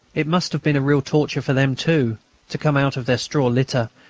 it must have been real torture for them too to come out of their straw litter,